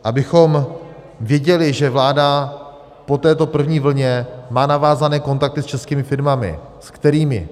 Abychom věděli, že vláda po této první vlně má navázané kontakty s českými firmami, s kterými.